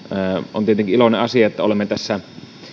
on tietenkin iloinen asia että olemme tässä